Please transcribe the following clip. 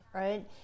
right